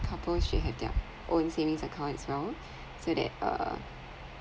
couple should have their own savings accounts as well so that err